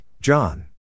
John